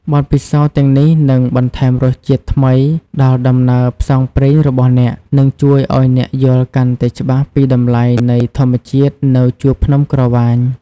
បទពិសោធន៍ទាំងនេះនឹងបន្ថែមរសជាតិថ្មីដល់ដំណើរផ្សងព្រេងរបស់អ្នក និងជួយឲ្យអ្នកយល់កាន់តែច្បាស់ពីតម្លៃនៃធម្មជាតិនៅជួរភ្នំក្រវាញ។